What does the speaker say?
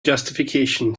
justification